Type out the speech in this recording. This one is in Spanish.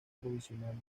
provisional